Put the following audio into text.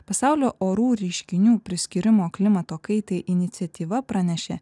pasaulio orų reiškinių priskyrimo klimato kaitai iniciatyva pranešė